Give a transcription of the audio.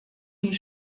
die